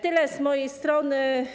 Tyle z mojej strony.